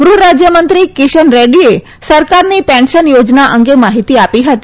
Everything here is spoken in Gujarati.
ગૃહરાજ્યમંત્રી કિશન રેડ્ડીએ સરકારની પેન્શન યોજના અંગે માહિતી આપી હતી